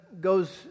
goes